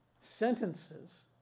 sentences